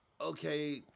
Okay